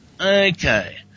okay